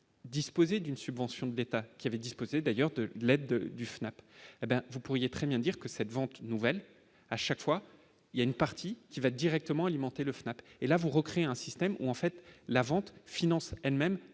disposé d'une subvention de l'État qui avait disposé d'ailleurs de l'aide du FNAP hé ben, vous pourriez très bien dire que cette vente nouvelles à chaque fois il y a une partie qui va directement alimenter le Fnac et là pour recréer un système où, en fait, la vente finance elle-même